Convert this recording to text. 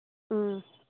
ꯎꯝ